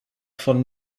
von